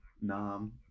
Nam